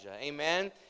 Amen